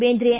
Bendre